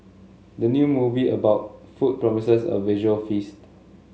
the new movie about food promises a visual feast